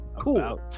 Cool